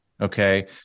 Okay